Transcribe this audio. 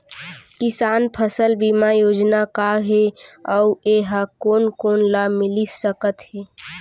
किसान फसल बीमा योजना का हे अऊ ए हा कोन कोन ला मिलिस सकत हे?